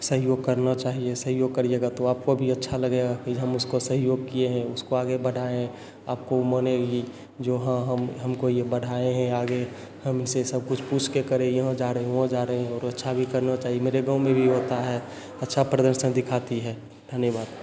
सहयोग करना चाहिए सहयोग करिएगा तो आपको भी अच्छा लगेगा कि हम उसको सहयोग किए हैं उसको आगे बढ़ाए हैं आपको मने ये जो हाँ हम हमको ये बढ़ाएँ हैं आगे हम इसे सब कुछ पूछ के करे यहाँ जा रहे वहाँ जा रहें और अच्छा भी करना चाहिए मेरे गाँव में भी होता है अच्छा प्रदर्शन दिखाती है धन्यवाद